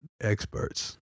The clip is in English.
experts